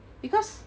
because